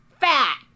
fat